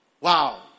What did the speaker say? Wow